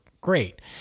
great